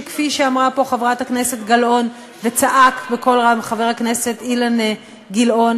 שכפי שאמרה פה חברת הכנסת גלאון וצעק בקול רם חבר הכנסת אילן גילאון,